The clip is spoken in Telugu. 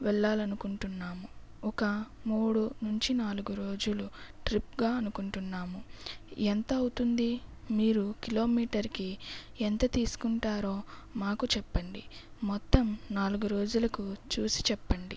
వెళ్ళాలనుకుంటున్నాము ఒక మూడు నుంచి నాలుగు రోజులు ట్రిప్ గా అనుకుంటున్నాము ఎంత అవుతుంది మీరు కిలోమీటర్ కి ఎంత తీసుకుంటారో మాకు చెప్పండి మొత్తం నాలుగు రోజులకు చూసి చెప్పండి